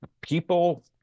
people